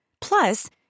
Plus